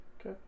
Okay